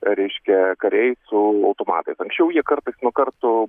reiškia kariai su automatais anksčiau jie kartas nuo karto